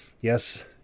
Yes